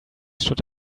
should